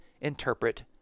interpret